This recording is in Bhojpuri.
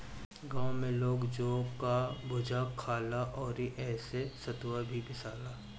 गांव में लोग जौ कअ भुजा खाला अउरी एसे सतुआ भी पिसाला